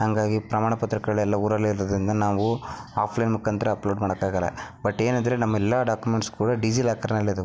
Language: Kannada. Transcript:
ಹಾಗಾಗಿ ಪ್ರಮಾಣಪತ್ರಗಳೆಲ್ಲ ಊರಲ್ಲೇ ಇರೋದರಿಂದ ನಾವು ಹಾಫ್ಲೈನ್ ಮುಖಾಂತ್ರ ಅಪ್ಲೋಡ್ ಮಾಡೋಕ್ಕಾಗಲ್ಲ ಬಟ್ ಏನಂದರೆ ನಮ್ಮ ಎಲ್ಲ ಡಾಕ್ಯುಮೆಂಟ್ಸ್ ಕೂಡ ಡೀಜಿಲಾಕರ್ನಲ್ಲಿದಾವೆ